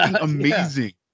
Amazing